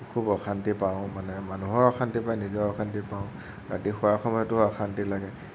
খুব অশান্তি পাওঁ মানে মানুহেও অশান্তি পায় নিজেও অশান্তি পাওঁ ৰাতি শোৱাৰ সময়তো অশান্তি লাগে